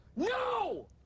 No